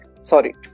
Sorry